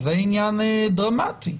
זה עניין דרמטי.